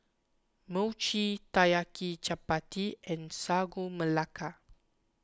Mochi Taiyaki Chappati and Sagu Melaka